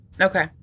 Okay